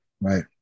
right